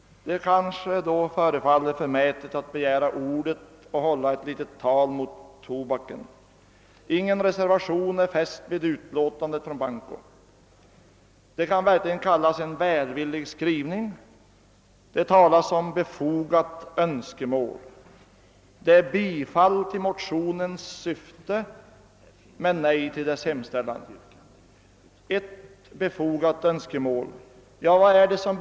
Det kan alltså vara litet förmätet att begära ordet här och hålla ett tal mot tobaken. Ingen reservation är fogad till bankoutskottets utlåtande, vars skrivning verkligen kan kallas välvillig. Det talas däri om befogade önskemål, och utlåtandet är ett bifall till motionens syfte men ett nej till dess hemställan. Vad är det då som begäres i motionen?